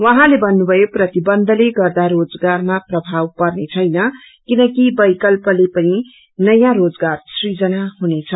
उहाँले भन्नुभयो प्रतिबन्धले गर्दा रोजगारमा प्रभाव पर्ने छेन किनकि विकल्पले पनि नयाँ रोजगार सृजना हुनेछ